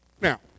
Now